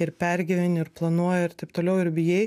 ir pergyveni ir planuoji ir taip toliau ir bijai